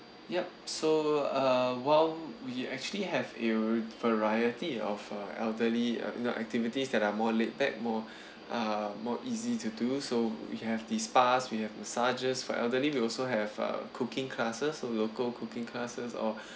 yup so uh while we actually have a variety of uh elderly uh you know activities that are more laid back more uh more easy to do so we have the spas we have massages for elderly we also have uh cooking classes so we'll go cooking classes or